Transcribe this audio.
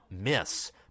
miss